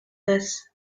this